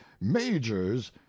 majors